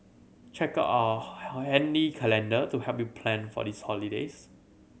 check out handy calendar to help you plan for these holidays